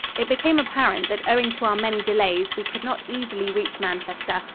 it became apparent that owing to our many delays, we could not easily reach manchester,